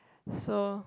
so